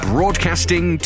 Broadcasting